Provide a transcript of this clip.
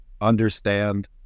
understand